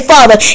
Father